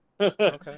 Okay